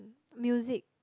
music